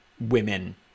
women